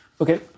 Okay